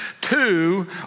Two